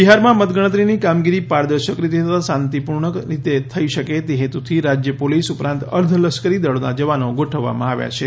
બિહારમાં મતગણતરીની કામગીરી પારદર્શક રીતે તથા શાંતિપૂર્ણ રીતે થઈ શકે તે હેતુથી રાજ્ય પોલીસ ઉપરાંત અર્ધલશ્કરી દળોના જવાનો ગોઠવવામાં આવ્યા છે